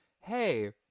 hey